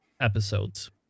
episodes